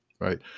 Right